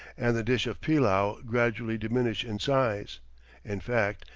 and the dish of pillau gradually diminish in size in fact,